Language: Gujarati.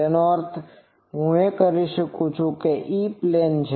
તેનો અર્થ હું કહી શકું છું કે ઇ પ્લેન છે